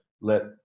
let